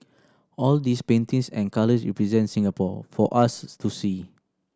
all these paintings and colours represent Singapore for us to see